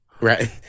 Right